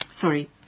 sorry